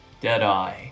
Deadeye